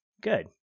good